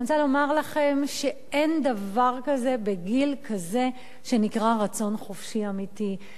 אני רוצה לומר לכם שאין דבר כזה בגיל כזה שנקרא "רצון חופשי אמיתי".